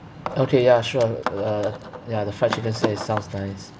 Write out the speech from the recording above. okay ya sure uh ya the fried chicken set is sounds nice